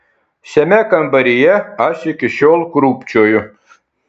šiame kambaryje aš iki šiol krūpčioju